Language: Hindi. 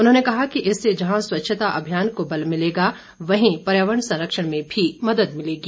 उन्होंने कहा कि इससे जहां स्वच्छता अभियान को बल मिलेगा वहीं पर्यावरण संरक्षण में भी मदद मिलेगी